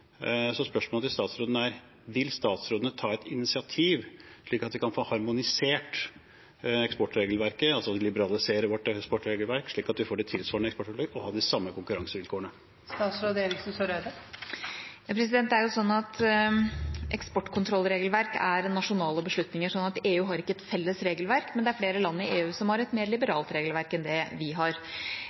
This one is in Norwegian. Så spørsmålet til utenriksministeren er: Vil utenriksministeren ta et initiativ slik at vi kan få harmonisert eksportregelverket, altså liberalisere vårt eksportregelverk slik at vi får et tilsvarende eksportregelverk og de samme konkurransevilkårene? Eksportkontrollregelverk er nasjonale beslutninger, så EU har ikke et felles regelverk, men det er flere land i EU som har et mer liberalt regelverk enn det vi har.